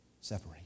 separate